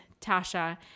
Tasha